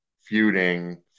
feuding